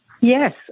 Yes